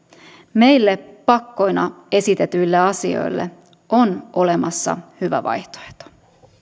meille pakkoina esitetyille asioille on olemassa hyvä vaihtoehto